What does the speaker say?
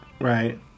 Right